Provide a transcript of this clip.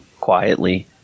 quietly